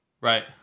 Right